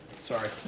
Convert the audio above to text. Sorry